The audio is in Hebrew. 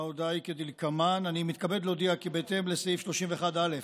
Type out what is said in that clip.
ההודעה היא כדלקמן: אני מתכבד להודיע כי בהתאם לסעיף 31(א)